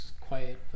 Quiet